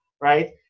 right